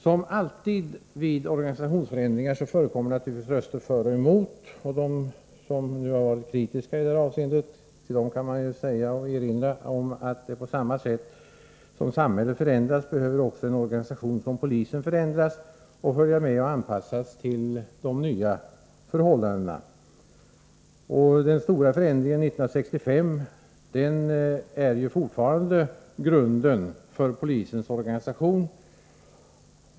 Som alltid vid organisationsförändringar förekommer det naturligtvis röster för och emot. Till dem som i detta avseende har varit kritiska kan man säga: På samma sätt som samhället förändras behöver en organisation som polisen förändras och anpassas till de nya förhållandena. Den stora förändringen 1965 är fortfarande grunden för polisens organisation.